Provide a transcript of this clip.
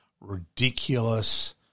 ridiculous